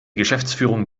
geschäftsführung